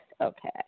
Okay